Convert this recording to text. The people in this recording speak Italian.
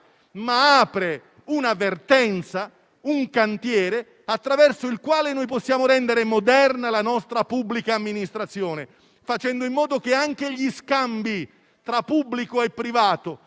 ma apre una vertenza, un cantiere, attraverso il quale possiamo rendere moderna la nostra pubblica amministrazione, consentendo anche gli scambi tra pubblico e privato,